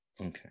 Okay